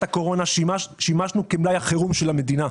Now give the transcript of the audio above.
הקורונה שימשנו כמלאי החירום של המדינה,